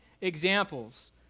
examples